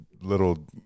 little